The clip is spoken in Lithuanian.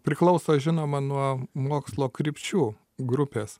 priklauso žinoma nuo mokslo krypčių grupės